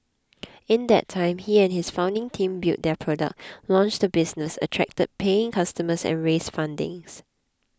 in that time he and his founding team built their product launched the business attracted paying customers and raised funding